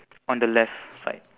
on the left side